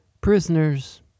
Prisoners